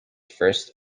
first